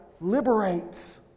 liberates